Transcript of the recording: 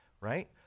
right